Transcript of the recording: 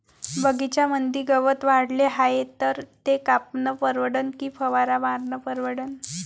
बगीच्यामंदी गवत वाढले हाये तर ते कापनं परवडन की फवारा मारनं परवडन?